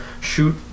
shoot